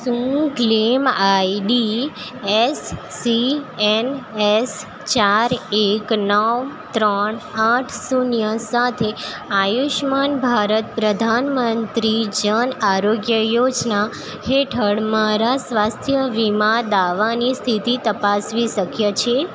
શું claim ID S C N S ચાર એક નવ ત્રણ આઠ શૂન્ય સાથે આયુષ્યમાન ભારત પ્રધાનમંત્રી જન આરોગ્ય યોજના હેઠળ મારા સ્વાસ્થ્ય વીમા દાવાની સ્થિતિ તપાસવી શક્ય છે